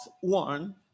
one